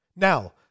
Now